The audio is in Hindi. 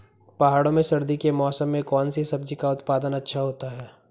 पहाड़ों में सर्दी के मौसम में कौन सी सब्जी का उत्पादन अच्छा होता है?